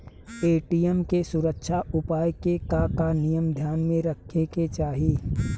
ATM के सुरक्षा उपाय के का का नियम ध्यान में रखे के चाहीं?